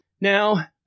Now